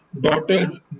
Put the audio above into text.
daughters